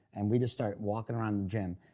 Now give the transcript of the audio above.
and we just start walking around the gym.